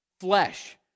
flesh